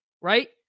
Right